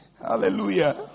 Hallelujah